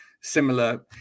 similar